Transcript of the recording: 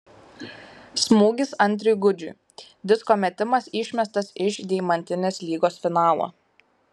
smūgis andriui gudžiui disko metimas išmestas iš deimantinės lygos finalo